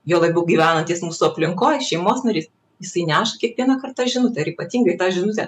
juo labiau gyvenantis mūsų aplinkoj šeimos narys jisai neša kiekvieną kartą žinutę ir ypatingai tą žinutę